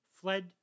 fled